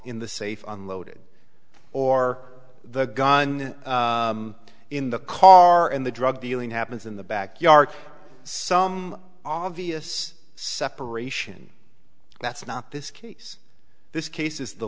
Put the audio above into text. in the safe unloaded or the gun in the car in the drug dealing happens in the back yard some obvious separation that's not this case this case is the